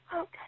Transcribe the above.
Okay